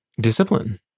discipline